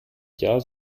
jahr